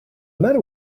matter